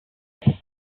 enough